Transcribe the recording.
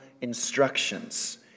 instructions